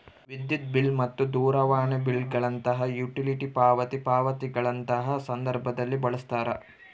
ವಿದ್ಯುತ್ ಬಿಲ್ ಮತ್ತು ದೂರವಾಣಿ ಬಿಲ್ ಗಳಂತಹ ಯುಟಿಲಿಟಿ ಪಾವತಿ ಪಾವತಿಗಳಂತಹ ಸಂದರ್ಭದಲ್ಲಿ ಬಳಸ್ತಾರ